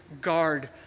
guard